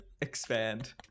expand